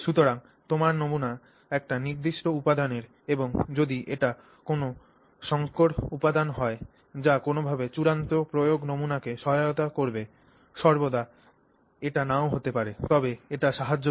সুতরাং তোমার নমুনা একটি নির্দিষ্ট উপাদানের এবং যদি এটি কোনও সংকর উপাদান হয় যা কোনওভাবে চূড়ান্ত প্রয়োগে নমুনাকে সহায়তা করবে সর্বদা এটি নাও হতে পারে তবে এটি সাহায্য করে